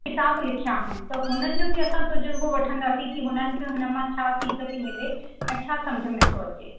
किताब लिखिया आहिनि त हुननि जो बि असां तजुर्बो वठंदासीं कि हुननि खे हुन मां छा सीख थी मिले ऐं छा समुझ में थो अचे